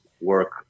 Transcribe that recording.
work